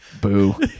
boo